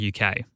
UK